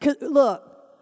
Look